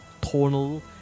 tonal